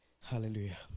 Hallelujah